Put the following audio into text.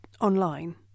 online